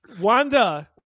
wanda